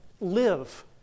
Live